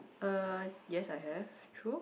uh yes I have true